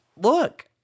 look